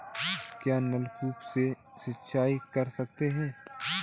क्या नलकूप से सिंचाई कर सकते हैं?